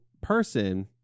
person